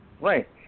Right